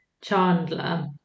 Chandler